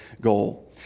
goal